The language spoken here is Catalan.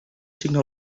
assigna